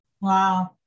Wow